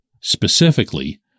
specifically